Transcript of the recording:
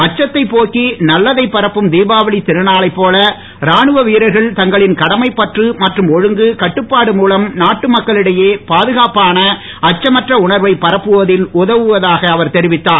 அச்சத்தைப் போக்கி நல்லதை பரப்பும் திபாவளி திருநாளைப் போல ராணுவ வீரர்களின் தங்களின் கடமைப் பற்று மற்றும் ஒழுங்கு கட்டுப்பாடு மூலம் நாட்டு மக்களிடையே பாதுகாப்பான அச்சமற்ற உணர்வை பரப்புவதில் உதவுவதாக அவர் தெரிவித்தார்